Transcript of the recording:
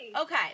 Okay